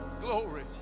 Glory